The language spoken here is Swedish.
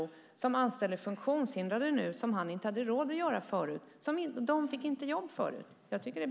Han anställer nu funktionshindrade, vilket han inte hade råd att göra förut; de fick inte jobb förut.